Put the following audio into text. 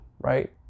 right